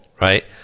right